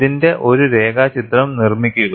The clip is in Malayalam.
ഇതിന്റെ ഒരു രേഖാചിത്രം നിർമ്മിക്കുക